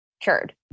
cured